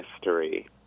mystery